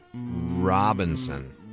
Robinson